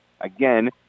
Again